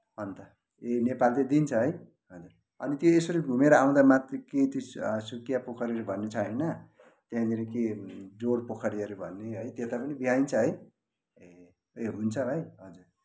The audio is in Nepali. अन्त ए नेपाल चाहिँ दिन्छ है अनि त्यो यसरी घुमेर मात्रै कि त्यो सुकिया पोखरी भन्ने छ होइन त्यहाँनेरि के डुअर पोखरीहरू भन्ने है त्यता पनि भ्याइन्छ है ए हुन्छ है हजुर